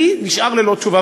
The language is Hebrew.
אני נשאר ללא תשובה,